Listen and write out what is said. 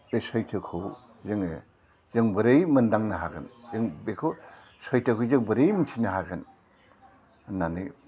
बे सैथोखौ जोङो जों बोरै मोन्दांनो हागोन जों बेखौ सैथोखौ जों बोरै मिन्थिनो हागोन होननानै